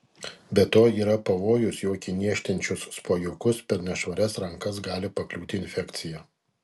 be to yra pavojus jog į niežtinčius spuogiukus per nešvarias rankas gali pakliūti infekcija